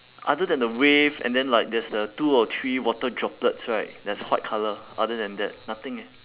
other than the wave and then like there's the two or three water droplets right that's white colour other than that nothing eh